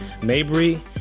Mabry